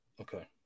Okay